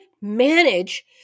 manage